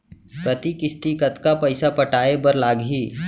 प्रति किस्ती कतका पइसा पटाये बर लागही?